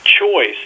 Choice